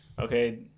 okay